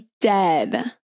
dead